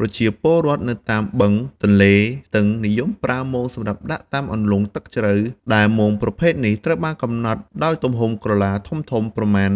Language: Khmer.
ប្រជាពលរដ្ឋនៅតាមបឹង ទន្លេ ស្ទឹង និយមប្រើ មងសម្រាប់ដាក់តាមអន្លង់ទឹកជ្រៅ ដែលមងប្រភេទនេះត្រូវបានកំណត់ដោយទំហំក្រឡាធំៗ ប្រមាណ ៣៥